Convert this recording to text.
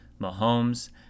Mahomes